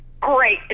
great